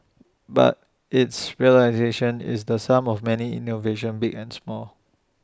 but its realisation is the sum of many innovations big and small